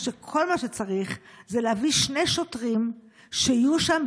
כשכל מה שצריך זה להביא שני שוטרים שיהיו שם,